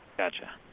Gotcha